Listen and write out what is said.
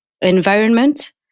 environment